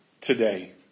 today